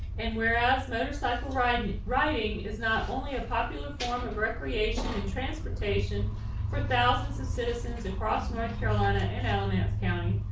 and whereas motorcycle riding riding is not only a popular form of recreation and transportation for thousands of citizens across north carolina in alamance county,